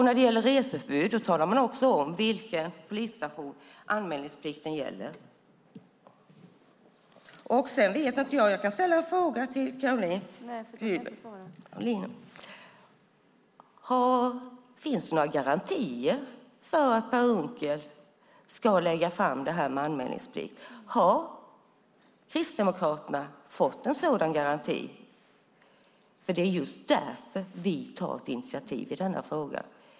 När det gäller reseförbud talar man om vilken polisstation anmälningsplikten gäller. Jag kan ställa en fråga till Caroline: Finns det några garantier för att Per Unckel ska lägga fram ett förslag om anmälningsplikt? Har Kristdemokraterna fått en sådan garanti? Det är just därför vi tagit initiativ i denna fråga.